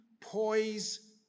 poise